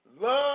love